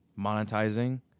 monetizing